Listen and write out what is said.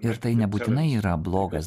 ir tai nebūtinai yra blogas